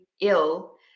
ill